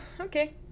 Okay